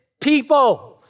people